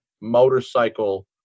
motorcycle